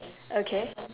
okay